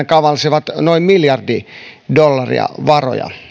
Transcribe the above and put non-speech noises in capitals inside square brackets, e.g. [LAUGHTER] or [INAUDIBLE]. [UNINTELLIGIBLE] kavalsivat noin miljardi dollaria varoja